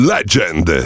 Legend